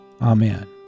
Amen